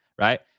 right